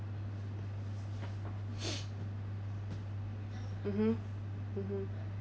mmhmm mmhmm